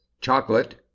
Chocolate